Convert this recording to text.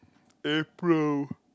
April